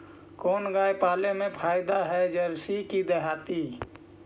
कोन गाय पाले मे फायदा है जरसी कि देहाती?